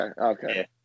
Okay